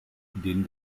denen